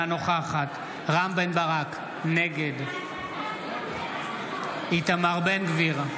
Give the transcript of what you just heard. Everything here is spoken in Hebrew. אינה נוכחת רם בן ברק, נגד איתמר בן גביר,